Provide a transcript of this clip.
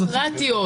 במדינות דמוקרטיות?